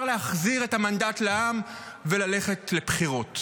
להחזיר את המנדט לעם וללכת לבחירות.